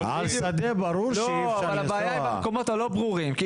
הבעיה היא במקומות הלא ברורים.